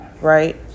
right